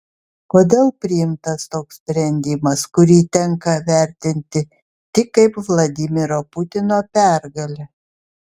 kodėl priimtas toks sprendimas kurį tenka vertinti tik kaip vladimiro putino pergalę